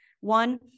One